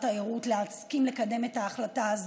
התיירות ולהסכים לקדם את ההחלטה הזאת,